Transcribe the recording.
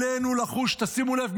--- עלינו לחוש" תשימו לב,